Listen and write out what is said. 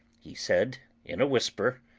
he said in a whisper,